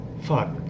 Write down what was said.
Fuck